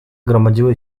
gromadziły